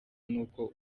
n’uko